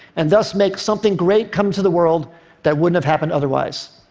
and thus make something great come to the world that wouldn't have happened otherwise.